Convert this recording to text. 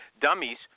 dummies